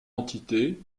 entité